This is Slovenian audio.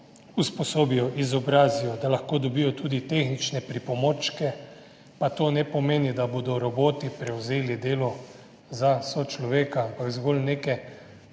usposobijo, izobrazijo, da lahko dobijo tudi tehnične pripomočke, pa to ne pomeni, da bodo roboti prevzeli delo za sočloveka, ampak zgolj neke